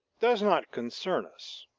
does not concern us,